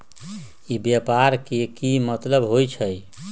ई व्यापार के की मतलब होई छई?